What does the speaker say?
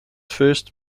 first